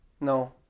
No